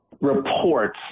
reports